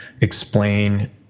explain